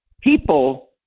people